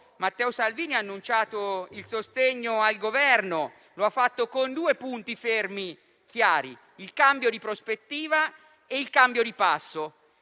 Matteo Salvini ha annunciato il sostegno al Governo, lo ha fatto con due punti fermi e chiari: il cambio di prospettiva e il cambio di passo.